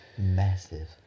massive